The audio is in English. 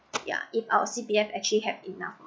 ya if our C_P_F actually have enough